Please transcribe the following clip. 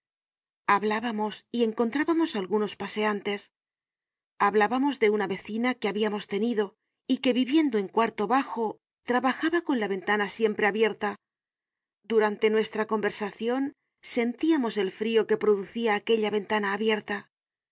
hablábamos y encontrábamos algunos paseantes hablamos de una vecina que habiamos tenido y que viviendo en cuarto bajo trabajaba con la ventana siempre abierta durante nuestra conversacion sentía mos el frio que producia aquella ventana abierta